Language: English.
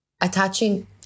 attaching